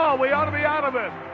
um we ought to be out of it.